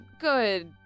good